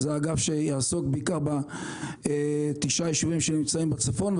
זה אגף שיעסוק בעיקר בתשעת היישובים שנמצאים בצפון,